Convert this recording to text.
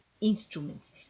instruments